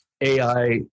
AI